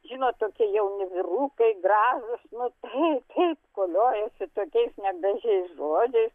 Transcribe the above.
žinot tokie jauni vyrukai gražūs nu taip ir koliojasi tokiais negražiais žodžiais